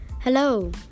Hello